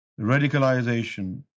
radicalization